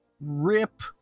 Rip